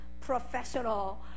professional